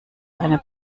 eine